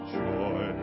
joy